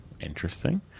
Interesting